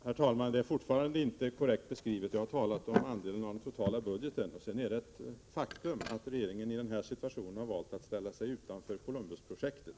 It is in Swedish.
Herr talman! Det är fortfarande inte korrekt beskrivet. Jag har talat om andelen av ESA:s totala budget. Det är ett faktum att regeringen i den här situationen har valt att ställa sig utanför Columbusprojektet.